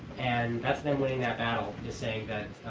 and that's them winning that battle, just saying that